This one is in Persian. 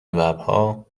ببرها